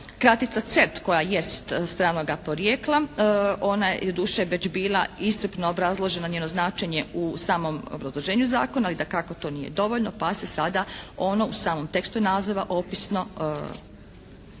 razumije./… koja jest stranoga porijekla, ona je doduše već bila iscrpno obrazložena njeno značenje u samom obrazloženju zakona ali dakako to nije dovoljno pa se sada ono u samom tekstu naziva opisno